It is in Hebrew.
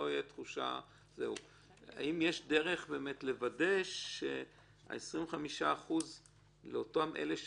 האם יש דרך לוודא שה-25% לאותם אלה שמשלמים,